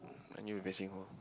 Man-U